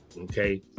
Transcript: okay